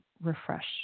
refresh